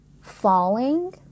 falling